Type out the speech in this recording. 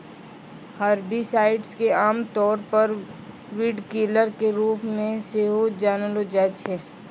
herbicides के आमतौरो पे वीडकिलर के रुपो मे सेहो जानलो जाय छै